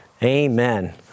Amen